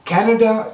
Canada